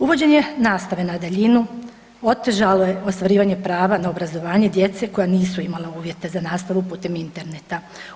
Uvođenje nastave na daljinu otežalo je ostvarivanje prava na obrazovanje djece koja nisu imala uvjete za nastavu putem Interneta.